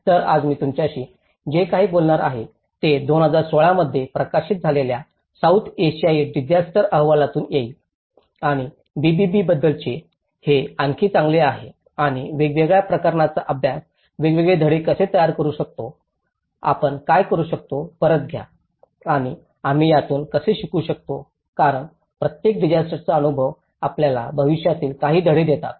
तर आज मी तुमच्याशी जे काही बोलणार आहे ते 2016 मध्ये प्रकाशित झालेल्या सौथ आशियाई डिसास्टर अहवालातून होईल आणि बीबीबी बद्दलचे हे आणखी चांगले आहे आणि वेगवेगळ्या प्रकरणांचा अभ्यास वेगवेगळे धडे कसे तयार करू शकतो आपण काय करू शकतो परत घ्या आणि आम्ही त्यातून कसे शिकू शकतो कारण प्रत्येक डिसास्टरचा अनुभव आपल्याला भविष्यासाठी काही धडे देतात